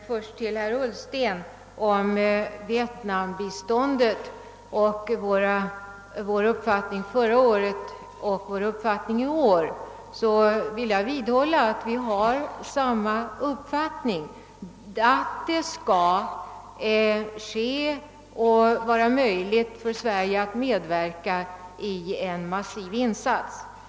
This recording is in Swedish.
Herr talman! Herr Ullsten talar om vår uppfattning om vietnambiståndet förra året och i år. Jag vidhåller att vi har samma uppfattning, nämligen att det skall vara möjligt för Sverige att medverka i en massiv insats.